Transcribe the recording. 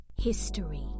History